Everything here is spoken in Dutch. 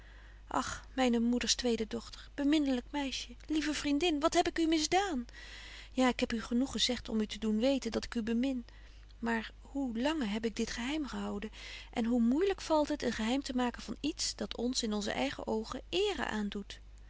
ach myne moeders tweede dochter beminnelyk meisje lieve vriendin wat heb ik u misdaan ja ik heb u genoeg gezegt om u te doen weten dat ik u bemin maar hoe lange heb ik dit geheim gehouden en hoe moeilyk valt het een geheim te maken van iets dat ons in onze eigen oogen eere aandoet